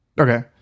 okay